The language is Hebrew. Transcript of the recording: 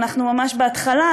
אנחנו ממש בהתחלה,